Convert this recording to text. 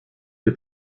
que